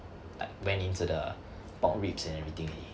like went into the pork ribs and everything already